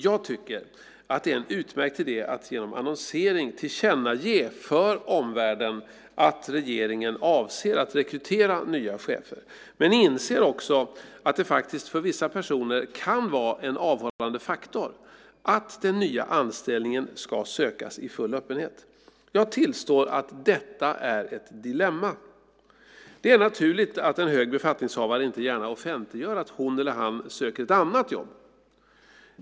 Jag tycker att det är en utmärkt idé att genom annonsering tillkännage för omvärlden att regeringen avser att rekrytera nya chefer men inser också att det faktiskt för vissa personer kan vara en avhållande faktor att den nya anställningen ska sökas i full öppenhet. Jag tillstår att detta är ett dilemma. Det är naturligt att en hög befattningshavare inte gärna offentliggör att hon eller han söker ett annat jobb.